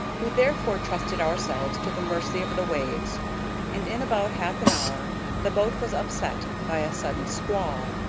we therefore trusted ourselves to the mercy of the waves and in about half an hour the boat was upset by a sudden squall.